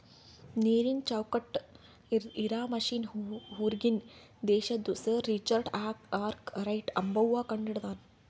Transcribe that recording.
ನೀರನ್ ಚೌಕ್ಟ್ ಇರಾ ಮಷಿನ್ ಹೂರ್ಗಿನ್ ದೇಶದು ಸರ್ ರಿಚರ್ಡ್ ಆರ್ಕ್ ರೈಟ್ ಅಂಬವ್ವ ಕಂಡಹಿಡದಾನ್